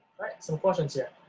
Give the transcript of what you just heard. alright, some questions here.